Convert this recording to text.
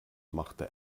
machte